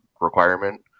requirement